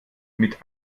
mit